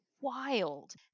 wild